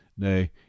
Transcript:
nay